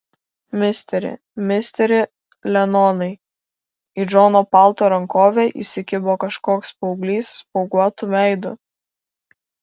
misteri misteri lenonai į džono palto rankovę įsikibo kažkoks paauglys spuoguotu veidu